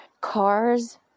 cars